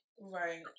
right